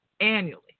annually